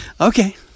Okay